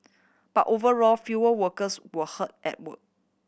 but overall fewer workers were hurt at work